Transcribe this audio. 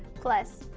plus.